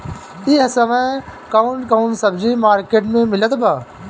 इह समय कउन कउन सब्जी मर्केट में मिलत बा?